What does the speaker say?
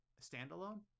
standalone